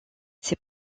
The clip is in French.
ses